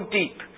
deep